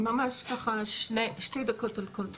ממש שתי דקות לכל תמונה.